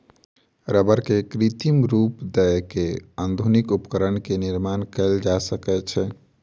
रबड़ के कृत्रिम रूप दय के आधुनिक उपकरण के निर्माण कयल जा सकै छै